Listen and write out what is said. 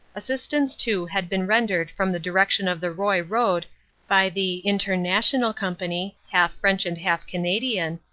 assistance too had been rendered from the direction of the roye road by the inter national company, half french and half canadian,